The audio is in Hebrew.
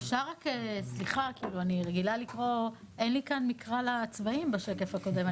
סליחה, אין מקרא לצבעים בשקף הקודם.